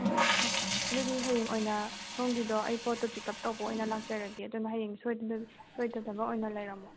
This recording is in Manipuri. ꯑꯣ ꯍꯣꯏ ꯍꯣꯏ ꯑꯗꯨꯗꯤ ꯍꯌꯦꯡ ꯑꯣꯏꯅ ꯁꯣꯝꯒꯤꯗꯣ ꯑꯩ ꯄꯣꯠꯇꯣ ꯄꯤꯛ ꯑꯞ ꯇꯧꯕ ꯑꯣꯏꯅ ꯂꯥꯛꯆꯔꯒꯦ ꯑꯗꯨꯅ ꯍꯌꯦꯡ ꯁꯣꯏꯗꯅꯕ ꯑꯣꯏꯅ ꯂꯩꯔꯝꯃꯣ